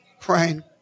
praying